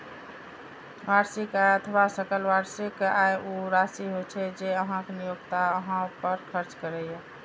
वार्षिक आय अथवा सकल वार्षिक आय ऊ राशि होइ छै, जे अहांक नियोक्ता अहां पर खर्च करैए